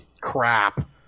Crap